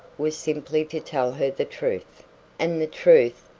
was simply to tell her the truth and the truth,